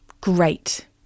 great